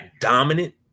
dominant